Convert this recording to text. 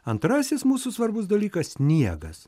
antrasis mūsų svarbus dalykas sniegas